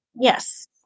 Yes